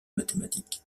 mathématique